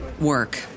work